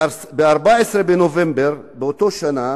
ב-14 בנובמבר באותה שנה